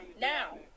now